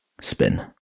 spin